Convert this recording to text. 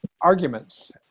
arguments